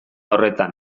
horretan